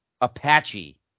Apache